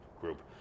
group